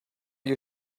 you